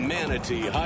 Manatee